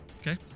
Okay